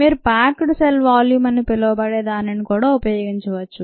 మీరు packed cell volume అని పిలవబడే దానిని కూడా ఉపయోగించవచ్చు